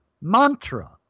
Mantra